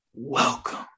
Welcome